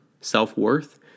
self-worth